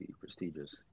prestigious